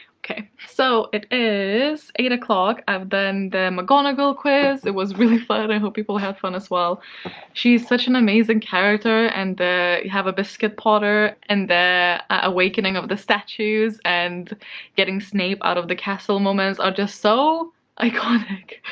ok, so it is eight o'clock. i've done the mcgonagall quiz. it was really fun. i hope people had fun as well she's such an amazing character. and the, have a biscuit, potter and the awakening of the statues and getting snape out of the castle moments are just so iconic.